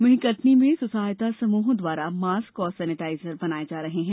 वहीं कटनी में स्वसहायता समूहों द्वारा मास्क और सेनेटाइजर बनाये जा रहे हैं